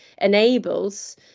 enables